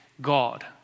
God